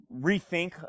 rethink